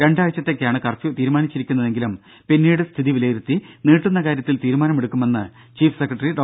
രണ്ടാഴ്ച്ചത്തേക്കാണ് curfew തീരുമാനിച്ചിരിക്കുന്നതെങ്കിലും പിന്നീട് സ്ഥിതി വിലയിരുത്തി നീട്ടുന്ന കാര്യത്തിൽ തീരുമാനമെടുക്കുമെന്ന് ചീഫ് സെക്രട്ടറി ഡോ